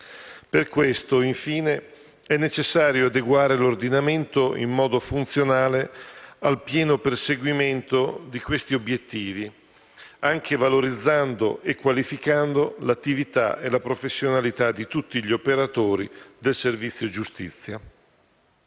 Per questo, infine, è necessario adeguare l'ordinamento in modo funzionale al pieno perseguimento di questi obiettivi, anche valorizzando e qualificando l'attività e la professionalità di tutti gli operatori del servizio giustizia.